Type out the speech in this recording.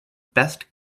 best